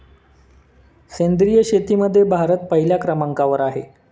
सेंद्रिय शेतीमध्ये भारत पहिल्या क्रमांकावर आहे